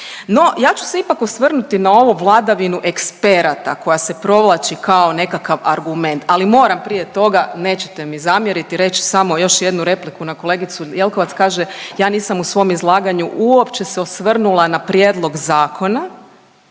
ja ću se ipak osvrnuti na ovu vladavinu eksperata koja se provlači kao nekakav argument, ali moram prije toga, nećete mi zamjeriti, reć samo još jednu repliku na kolegicu Jelkovac. Kaže, ja nisam u svom izlaganju uopće se osvrnula na prijedlog zakona.